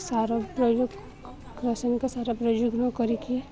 ସାର ପ୍ରୟୋଗ ରାସାୟନିକ ସାରା ପ୍ରୟୋଗ ନକରିକି